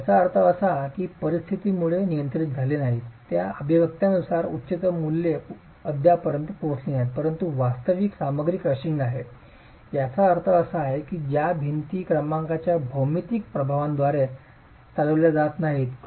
याचा अर्थ असा की ते अस्थिरतेमुळे नियंत्रित झाले नाहीत त्या अभिव्यक्त्यांनुसार उच्चतम मूल्ये अद्यापपर्यंत पोहोचली नाहीत परंतु वास्तविक सामग्री क्रशिंग आहे ज्याचा अर्थ असा आहे की त्या भिंती दुसर्या क्रमांकाच्या भौमितिक प्रभावांद्वारे चालविल्या जात नाहीत